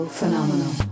phenomenal